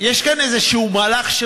יש כאן איזה מהלך של